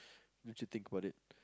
won't you think about it